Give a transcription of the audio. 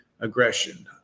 aggression